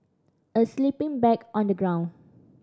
a sleeping bag on the ground